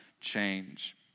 change